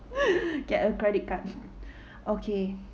get a credit card okay